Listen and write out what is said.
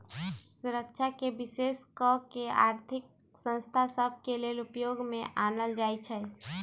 सुरक्षाके विशेष कऽ के आर्थिक संस्था सभ के लेले उपयोग में आनल जाइ छइ